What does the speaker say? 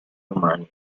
umani